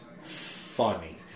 funny